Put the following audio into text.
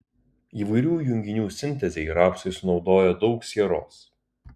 įvairių junginių sintezei rapsai sunaudoja daug sieros